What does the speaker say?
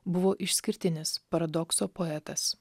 buvo išskirtinis paradokso poetas